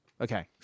Okay